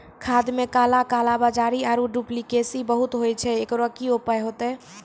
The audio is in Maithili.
खाद मे काला कालाबाजारी आरु डुप्लीकेसी बहुत होय छैय, एकरो की उपाय होते?